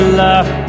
love